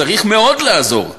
צריך מאוד לעזור,